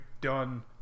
Done